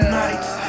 nights